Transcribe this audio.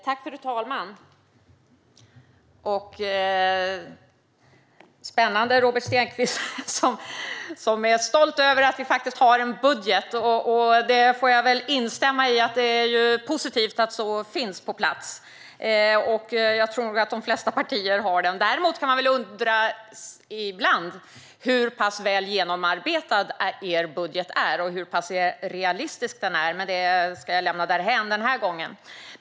Fru talman! Spännande, Robert Stenkvist! Du är stolt över att ni faktiskt har en budget. Jag får väl instämma i att det är positivt att en sådan finns på plats. Jag tror nog att de flesta partier har en. Däremot kan man ibland undra hur pass väl genomarbetad er budget är och hur pass realistisk den är, men det ska jag lämna därhän den här gången.